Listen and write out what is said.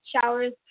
showers